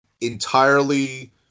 entirely